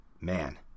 Man